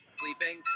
sleeping